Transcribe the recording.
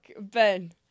Ben